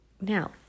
Now